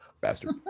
Bastard